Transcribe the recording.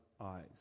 eyes